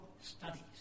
studies